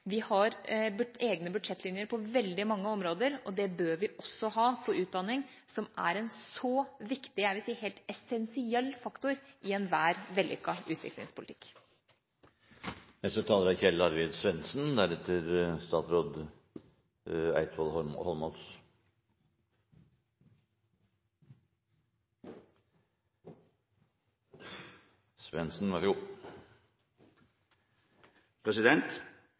spesielt. Vi har egne budsjettlinjer på veldig mange områder, og det bør vi også ha på utdanning, som er en så viktig – jeg vil si en helt essensiell – faktor i enhver vellykket utviklingspolitikk. I takt med at vi får et mer moderne samfunn, øker betydningen av utdanning, kompetanse og kunnskap. Det er